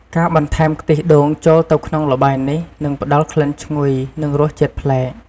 ការបន្ថែមខ្ទិះដូងចូលទៅក្នុងល្បាយនេះ នឹងផ្ដល់ក្លិនឈ្ងុយ និងរសជាតិប្លែក។